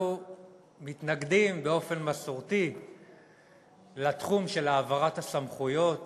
אנחנו מתנגדים באופן מסורתי לתחום של העברת הסמכויות